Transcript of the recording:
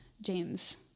James